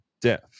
death